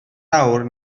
awr